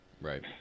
Right